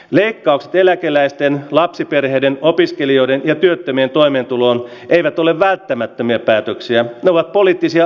leikkaukset eläkeläisten lapsiperheiden opiskelijoiden ja työttömien toimeentulo eivät ole välttämättömiä päätöksiä mela poliittisia